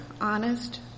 honest